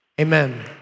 amen